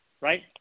right